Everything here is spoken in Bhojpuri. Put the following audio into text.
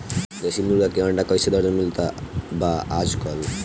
देशी मुर्गी के अंडा कइसे दर्जन मिलत बा आज कल?